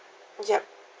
yup